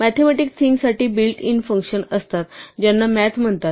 mathematics things साठी built in functions असतात ज्यांना मॅथ म्हणतात